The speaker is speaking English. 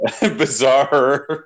bizarre